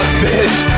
bitch